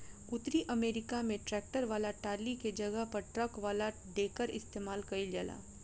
उतरी अमेरिका में ट्रैक्टर वाला टाली के जगह पर ट्रक वाला डेकर इस्तेमाल कईल जाला